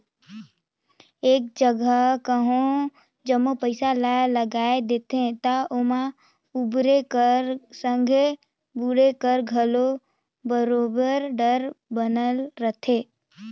एक जगहा कहों जम्मो पइसा ल लगाए देहे ता ओम्हां उबरे कर संघे बुड़े कर घलो बरोबेर डर बनल रहथे